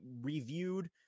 reviewed